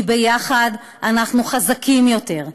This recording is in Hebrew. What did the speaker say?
כי ביחד אנחנו חזקים יותר,